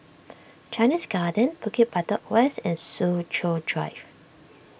Chinese Garden Bukit Batok West and Soo Chow Drive